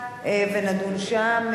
ונדון שם.